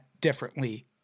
differently